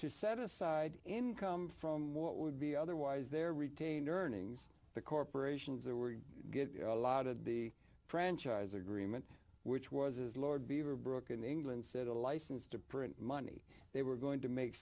to set aside income from what would be otherwise their retained earnings the corporations there were a lot of the franchise agreement which was as lord beaverbrook in england said a license to print money they were going to make